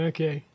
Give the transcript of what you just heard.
Okay